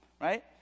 right